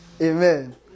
Amen